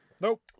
Nope